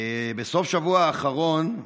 בסוף שבוע האחרון,